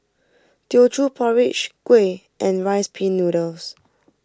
Teochew Porridge Kuih and Rice Pin Noodles